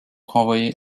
renvoyée